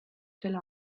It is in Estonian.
selle